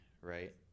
right